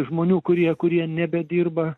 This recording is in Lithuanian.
žmonių kurie kurie nebedirba